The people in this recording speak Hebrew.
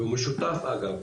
ומשותף אגב,